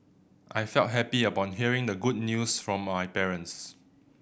I felt happy upon hearing the good news from my parents